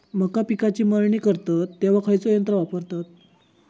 मका पिकाची मळणी करतत तेव्हा खैयचो यंत्र वापरतत?